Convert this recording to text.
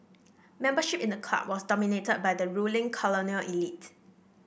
membership in the club was dominated by the ruling colonial elite